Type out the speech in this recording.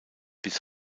bis